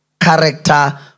character